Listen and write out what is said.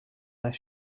their